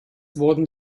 wurden